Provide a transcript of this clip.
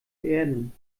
erden